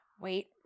wait